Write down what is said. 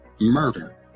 murder